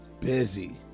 Busy